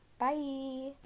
bye